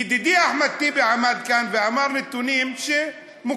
ידידי אחמד טיבי עמד כאן ואמר נתונים שהם מוכרים,